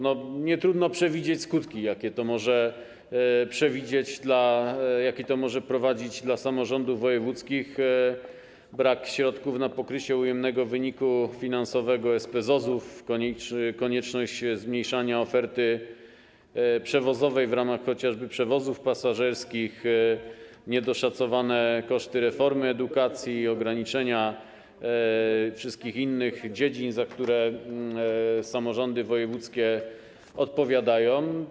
Nietrudno przewidzieć skutki, jakie to może przynieść dla samorządów wojewódzkich: brak środków na pokrycie ujemnego wyniku finansowego SPZOZ-ów, konieczność zmniejszania oferty przewozowej w ramach chociażby przewozów pasażerskich, niedoszacowane koszty reformy edukacji i ograniczenia wszystkich innych dziedzin, za które samorządy wojewódzkie odpowiadają.